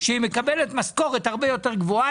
שהיא מקבלת משכורת הרבה יותר גבוהה.